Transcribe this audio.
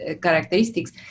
characteristics